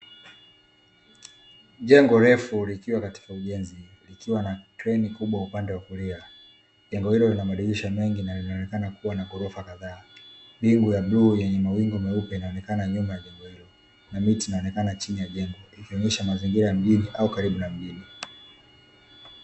Jengo refu likiwa katika ujenzi, likiwa na kreni kubwa upande wa kulia, jengo hilo linamadirisha mengi na linaonekana kuwa na ghorofa kadhaa, mbingu ya bluu yenye mawingu meupe inaonekana nyuma ya jengo hilo na miti inaonekana chini ya jengo ikionyesha mazingira ya mjini au karibu na mjini.